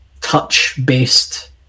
touch-based